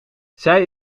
zij